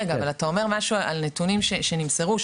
אתה אומר משהו על נתונים שנמסרו,